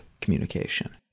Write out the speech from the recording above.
communication